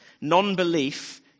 Non-belief